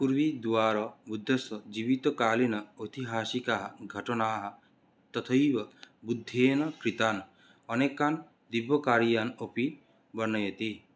पुर्वी द्वारा बुद्धस्य जीवितकालिन ऐतिहासिकघटनाः तथैव बुद्धेन कृतान् अनेकान् दिव्यकार्याणि अपि वर्णयति